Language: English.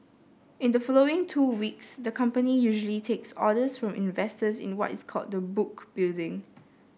in the following two weeks the company usually takes orders from investors in what is called the book building